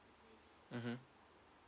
mmhmm